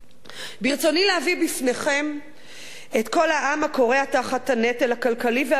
ברצוני להביא בפניכם את קול העם הכורע תחת הנטל הכלכלי והביטחוני,